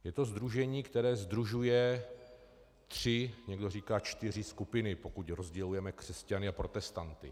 Je to sdružení, které sdružuje tři, někdo říká čtyři skupiny, pokud rozdělujeme křesťany a protestanty.